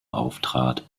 auftrat